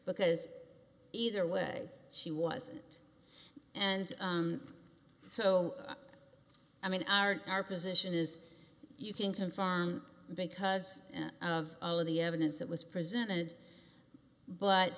because either way she wasn't and so i mean our our position is you can confirm because of all of the evidence that was presented